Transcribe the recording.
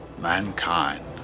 Mankind